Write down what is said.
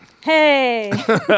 Hey